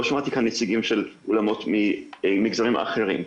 לא שמעתי כאן נציגים של אולמות ממגזרים אחרים,